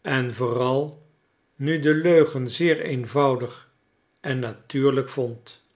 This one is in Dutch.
en vooral nu den leugen zeer eenvoudig en natuurlijk vond